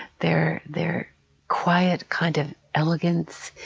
their their quiet kind of elegance.